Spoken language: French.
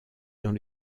dans